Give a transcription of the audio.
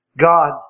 God